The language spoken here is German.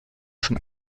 schon